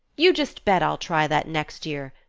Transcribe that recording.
you just bet i'll try that next year,